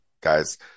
guys